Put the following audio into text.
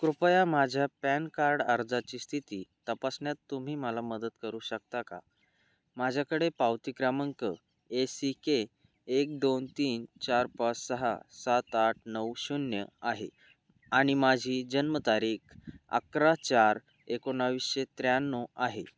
कृपया माझ्या PAN card अर्जाची स्थिती तपासण्यात तुम्ही मला मदत करू शकता का माझ्याकडे पावती क्रामांक ए सी के एक दोन तीन चार पाच सहा सात आठ नऊ शून्य आहे आणि माझी जन्मतारीख अकरा चार एकोणाविसशे त्र्याण्णव आहे